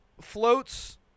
floats